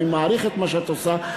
אני מעריך את מה שאת עושה.